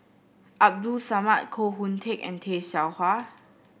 Abdul Samad Koh Hoon Teck and Tay Seow Huah